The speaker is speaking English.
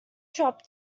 drop